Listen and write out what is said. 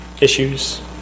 issues